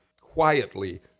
quietly